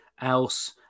else